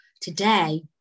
today